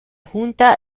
junta